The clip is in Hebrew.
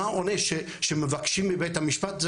מה עונה שמבקשים מבית המשפט,